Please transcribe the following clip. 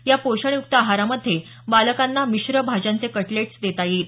या पोषण युक्त आहारामध्ये बालकांना मिश्र भाज्यांचे कटलेट्स देता येतील